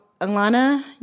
Alana